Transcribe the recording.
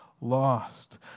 lost